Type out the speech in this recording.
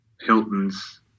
Hilton's